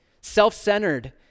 self-centered